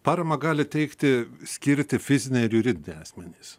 paramą gali teikti skirti fiziniai ir juridiniai asmenys